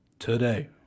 Today